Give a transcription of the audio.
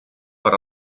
per